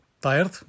tired